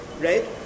right